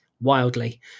wildly